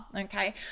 Okay